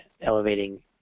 elevating